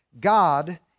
God